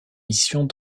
missions